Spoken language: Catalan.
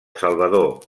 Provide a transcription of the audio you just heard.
salvador